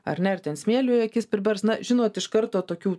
ar ne ar ten smėlio į akis pribers na žinot iš karto tokių